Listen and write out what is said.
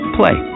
play